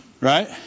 Right